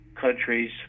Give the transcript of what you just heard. countries